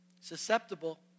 susceptible